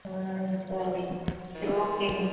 ம் சரிங்க சரி ஓகேங்க